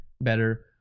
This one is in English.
better